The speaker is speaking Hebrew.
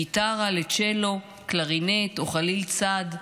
מגיטרה לצ'לו, קלרינט או חליל צד,